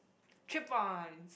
three points